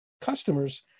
customers